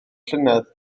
llynedd